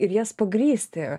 ir jas pagrįsti